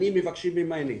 אני מבקשים ממני,